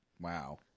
wow